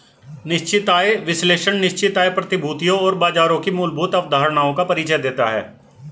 निश्चित आय विश्लेषण निश्चित आय प्रतिभूतियों और बाजारों की मूलभूत अवधारणाओं का परिचय देता है